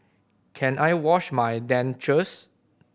can I wash my dentures